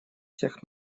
всех